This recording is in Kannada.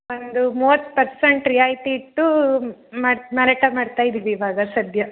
ಒಂದು ಮೂವತ್ತು ಪರ್ಸೆಂಟ್ ರಿಯಾಯಿತಿ ಇಟ್ಟು ಮತ್ತು ಮಾರಾಟ ಮಾಡ್ತಾಯಿದ್ದೀವಿ ಇವಾಗ ಸದ್ಯ